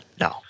No